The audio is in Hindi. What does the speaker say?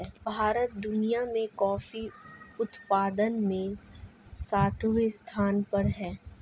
भारत दुनिया में कॉफी उत्पादन में सातवें स्थान पर है